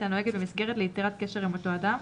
הנוהגת במסגרת ליצירת קשר עם אותו אדם,